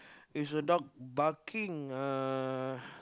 is a dog barking uh